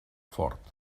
fort